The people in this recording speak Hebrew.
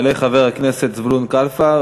יעלה חבר הכנסת זבולון קלפה,